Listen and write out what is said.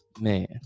man